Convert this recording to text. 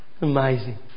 Amazing